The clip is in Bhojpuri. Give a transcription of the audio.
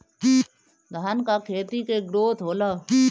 धान का खेती के ग्रोथ होला?